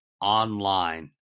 online